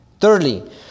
Thirdly